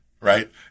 Right